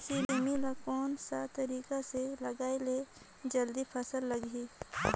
सेमी ला कोन सा तरीका से लगाय ले जल्दी फल लगही?